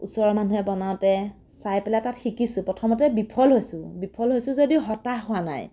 ওচৰৰ মানুহে বনাওতে চাই পেলাই তাত শিকিছোঁ প্ৰথমতে বিফল হৈছোঁ বিফল হৈছোঁ যদিও হতাশ হোৱা নাই